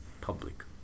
public